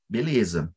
Beleza